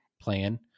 plan